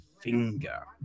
Finger